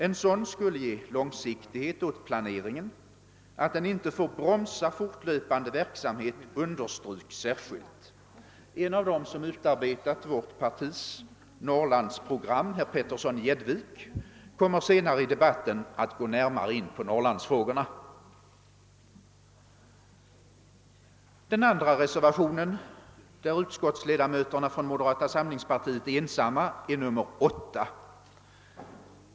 En sådan skulle ge långsiktighet åt planeringen; att den inte får bromsa fortlöpande verksamhet understryks särskilt. En av dem som utarbetat vårt partis Norrlandsprogram, herr Petersson i Gäddvik, kommer senare i debatten att gå närmare in på Norrlandsfrågorna. Den andra reservationen som utskottsledamöterna från moderata samlingspartiet är ensamma om är reservationen 8.